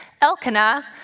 Elkanah